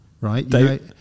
right